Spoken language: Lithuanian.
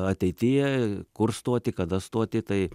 ateityje kur stoti kada stoti tai